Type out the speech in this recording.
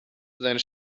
seine